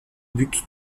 buts